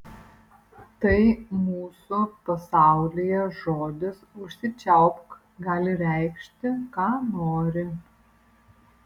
tai mūsų pasaulyje žodis užsičiaupk gali reikšti ką nori